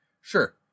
sure